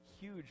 Huge